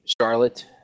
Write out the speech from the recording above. Charlotte